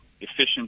efficient